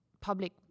public